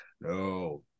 no